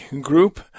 group